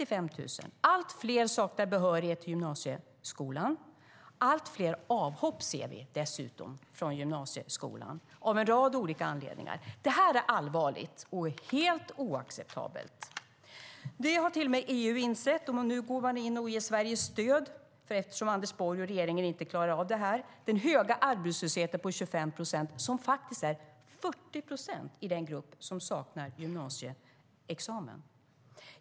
Allt fler saknar behörighet till gymnasieskolan. Allt fler avhopp från gymnasieskolan ser vi dessutom, av en rad olika anledningar. Det här är allvarligt och helt oacceptabelt. Det har till och med EU insett, och nu går man in och ger Sverige stöd, eftersom Anders Borg och regeringen inte klarar av det här. Den höga arbetslösheten på 25 procent är faktiskt 40 procent i den grupp som saknar gymnasieexamen.